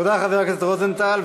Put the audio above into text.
תודה, חבר הכנסת רוזנטל.